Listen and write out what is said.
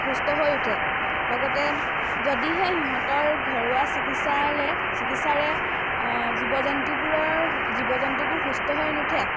সুস্থ হৈ উঠে লগতে যদিহে সিহঁতৰ ঘৰুৱা চিকিৎসালে চিকিৎসাৰে জীৱ জন্তুবোৰৰ জীৱ জন্তুবোৰ সুস্থ হৈ নুঠে